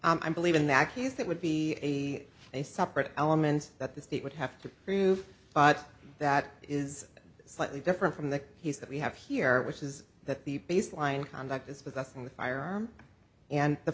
l m m believe in that case that would be a separate element that the state would have to prove but that is slightly different from the he's that we have here which is that the baseline conduct is but that's in the firearm and the